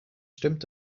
stimmt